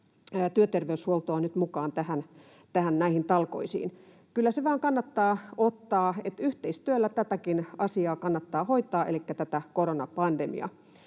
työterveyshuoltoa nyt mukaan näihin talkoisiin. Kyllä se vain kannattaa ottaa. Yhteistyöllä tätäkin asiaa elikkä tätä koronapandemiaa